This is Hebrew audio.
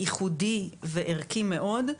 ייחודי וערכי מאוד,